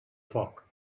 foc